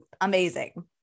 amazing